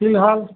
फ़िलहाल